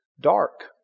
Dark